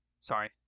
Sorry